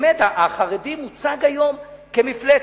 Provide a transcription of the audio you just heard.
באמת, החרדי מוצג היום כמפלצת.